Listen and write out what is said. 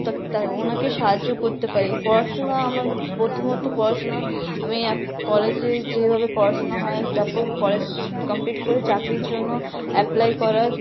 তা তা ওনাকে সাহায্য করতে পারি পড়াশোনা আমার প্রথমত পড়াশুনো আমি কলেজে যেভাবে পড়াশোনা হয় তারপর কলেজ কমপ্লিট করে চাকরির জন্য অ্যাপ্লাই করা